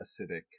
acidic